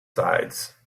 sides